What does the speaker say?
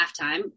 halftime